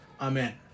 Amen